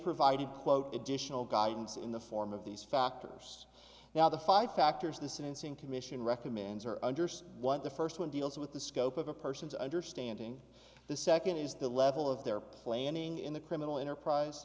provided quote additional guidance in the form of these factors now the five factors the sentencing commission recommends are under one the first one deals with the scope of a person's understanding the second is the level of their planning in the criminal enterprise